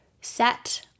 set